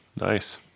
nice